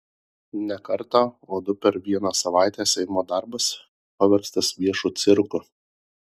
ne kartą o du per vieną savaitę seimo darbas paverstas viešu cirku